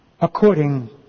according